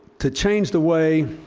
to change the way